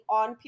on